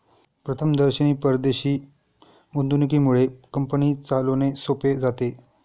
प्रथमदर्शनी परदेशी गुंतवणुकीमुळे कंपनी चालवणे सोपे जाते